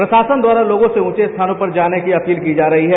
प्रशासन द्वारा लोगों से ऊंचे स्थानों पर जाने की अपील की जा रही है